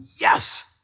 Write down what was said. yes